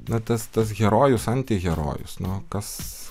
na tas tas herojus antiherojus nu kas